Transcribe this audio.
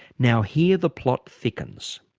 now here the plot thickens.